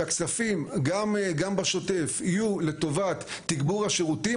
שהכספים גם בשוטף יהיו לטובת תגבור השירותים,